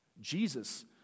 Jesus